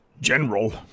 general